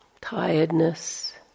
tiredness